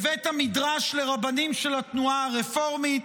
בבית המדרש לרבנים של התנועה הרפורמית.